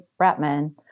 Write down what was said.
Bratman